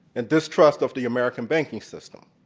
and distrust of the american banking system.